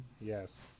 Yes